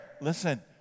Listen